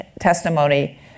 testimony